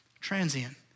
transient